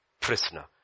prisoner